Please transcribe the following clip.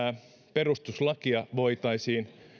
perustuslakia voitaisiin